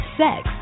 sex